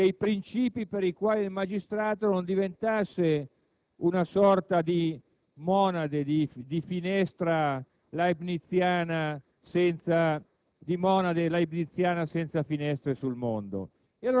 ma dall'altro hanno anche inteso introdurre dei princìpi per i quali il magistrato non diventasse una sorta di monade leibniziana senza